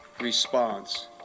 response